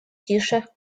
тише